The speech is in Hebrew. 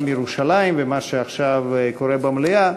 "ירושלים" ומה שעכשיו קורה במליאה,